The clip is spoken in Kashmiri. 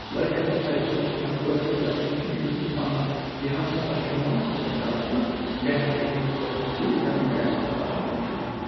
لٔڑکَس تہِ پَزِ سونٛچُن یا کورِ تہِ پَزِ سونٛچُن یُس بہٕ پَنُن یہِ ہمسفر چُناوان سُہ گژھِ آسُن بہتریٖن تہٕ سُہ گژھِ نہٕ کُنہِ گنٛدٕ کامہِ منٛز آسُن اِنوالُو